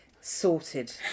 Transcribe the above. Sorted